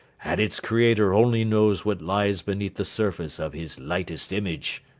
and its creator only knows what lies beneath the surface of his lightest image